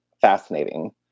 fascinating